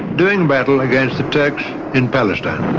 doing battle against the turks in palestine.